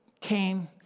came